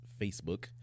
Facebook